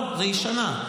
היא ישנה.